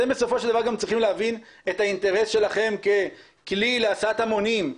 אתם בסופו של דבר גם צריכים להבין את האינטרס שלכם ככלי להסעת המונים.